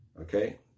Okay